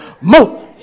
more